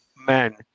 men